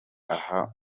aha